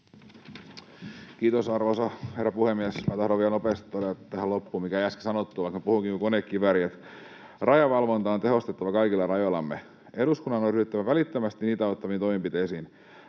Kiitos, arvoisa herra puhemies! Minä tahdon vielä nopeasti todeta tähän loppuun, mikä jäi äsken sanomatta, vaikka minä puhunkin kuin konekivääri, että rajavalvontaa on tehostettava kaikilla rajoillamme. Eduskunnan on ryhdyttävä välittömästi valvontaa auttaviin toimenpiteisiin.